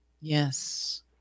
Yes